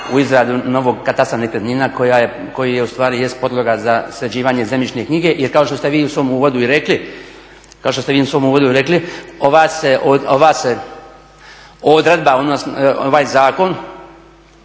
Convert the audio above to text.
u izradu novog katastra nekretnina koji ustvari jest podloga za sređivanje zemljišne knjige. Jer kao što ste vi u svom uvodu i rekli ova se odredba, ovaj zakon